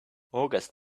august